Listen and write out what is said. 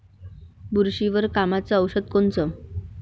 बुरशीवर कामाचं औषध कोनचं?